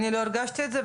אני לא הרגשתי את זה,